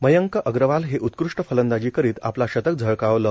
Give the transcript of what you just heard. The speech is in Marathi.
मयंक अग्रवाल ने उत्कृष्ट फलंदाजी करीत आपला शतक झळकावलं